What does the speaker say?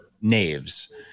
knaves